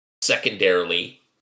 Secondarily